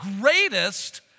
greatest